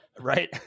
right